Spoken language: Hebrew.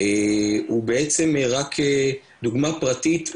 הוא בעצם רק דוגמה פרטית,